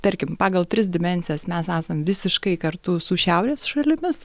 tarkim pagal tris dimensijas mes esam visiškai kartu su šiaurės šalimis